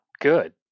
good